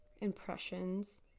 impressions